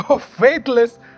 faithless